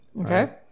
Okay